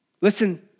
Listen